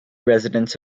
residents